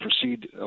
proceed